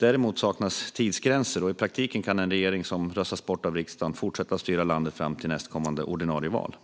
Däremot saknas tidsgränser, och i praktiken kan en regering som röstats bort av riksdagen fortsätta styra landet fram till nästkommande ordinarie val.